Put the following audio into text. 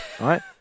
right